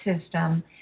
system